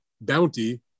bounty